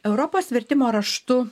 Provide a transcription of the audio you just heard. europos vertimo raštu